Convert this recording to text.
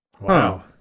Wow